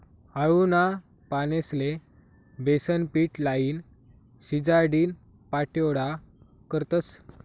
आळूना पानेस्ले बेसनपीट लाईन, शिजाडीन पाट्योड्या करतस